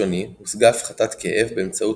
מחקר בניסוי ראשוני הושגה הפחתת כאב באמצעות